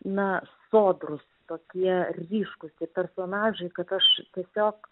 na sodrūs tokie ryškūs tie personažai kad aš tiesiog